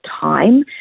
time